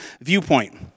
viewpoint